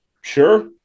Sure